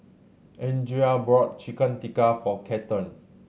Andria bought Chicken Tikka for Cathern